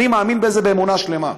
אני מאמין בזה באמונה שלמה.